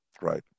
Right